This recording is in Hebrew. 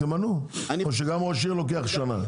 תמנו, או שגם ראש עיר לוקח שנה.